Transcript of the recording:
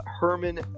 Herman